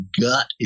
gut